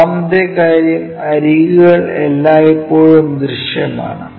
രണ്ടാമത്തെ കാര്യം അരികുകൾ എല്ലായ്പ്പോഴും ദൃശ്യമാണ്